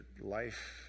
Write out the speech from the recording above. life